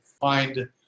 find